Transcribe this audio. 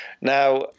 now